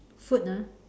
food ah